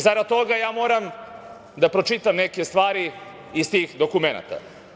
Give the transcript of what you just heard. Zarad toga, ja moram da pročitam neke stvari iz tih dokumenata.